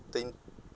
thing